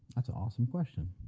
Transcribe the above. that's an awesome question.